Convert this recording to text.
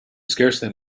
scarcely